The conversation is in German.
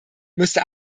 müsste